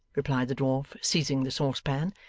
replied the dwarf, seizing the saucepan.